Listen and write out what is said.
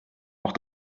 noch